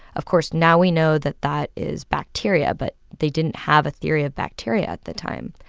of course, now we know that that is bacteria, but they didn't have a theory of bacteria at the time.